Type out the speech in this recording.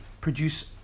Produce